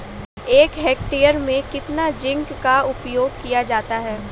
एक हेक्टेयर में कितना जिंक का उपयोग किया जाता है?